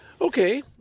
Okay